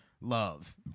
love